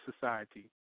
society